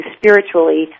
spiritually